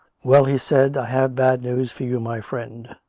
well, he said, i have bad news for you, my friend.